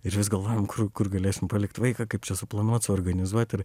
ir vis galvojam kur kur galėsim palikt vaiką kaip čia suplanuot suorganizuot ir